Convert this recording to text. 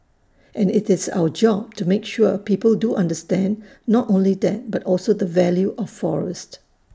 and IT is our job to make sure people do understand not only that but also the value of forest